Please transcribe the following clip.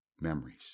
memories